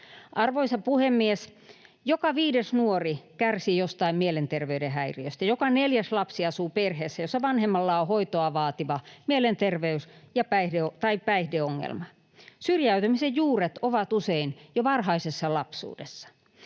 Arvoisa puhemies! Joka viides nuori kärsii jostain mielenterveyden häiriöstä, ja joka neljäs lapsi asuu perheessä, jossa vanhemmalla on hoitoa vaativa mielenterveys- tai päihdeongelma. Syrjäytymisen juuret ovat usein jo varhaisessa lapsuudessa.